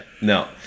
No